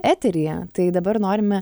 eteryje tai dabar norime